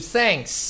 thanks